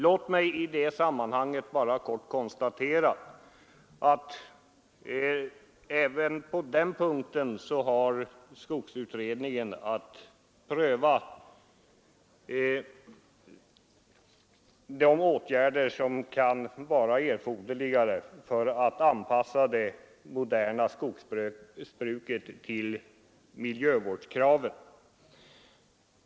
Låt mig kort konstatera att skogsutredningen även har att pröva de åtgärder som kan vara erforderliga för att anpassa det moderna skogsbruket till miljövårdskraven.